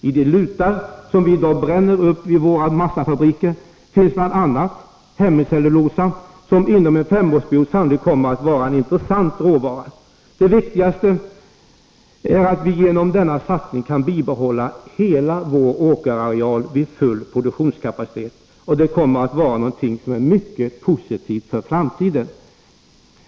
I de lutar som vi i dag bränner upp vid våra massafabriker finns bl.a. hemicellulosa, som inom en femårsperiod sannolikt kommer att vara en intressant råvara. Det viktigaste är att vi genom denna satsning kan bibehålla hela vår åkerareal vid full produktionskapacitet, och det kommer att vara någonting mycket positivt för framtiden.